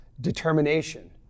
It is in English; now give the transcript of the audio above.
determination